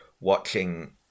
watching